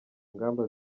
ngamba